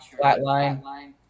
flatline